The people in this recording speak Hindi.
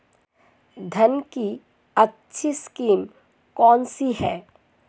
धान की अच्छी किस्म कौन सी है?